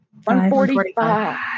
145